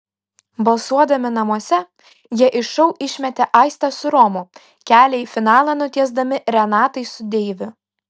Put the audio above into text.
balsuodami namuose jie iš šou išmetė aistę su romu kelią į finalą nutiesdami renatai su deiviu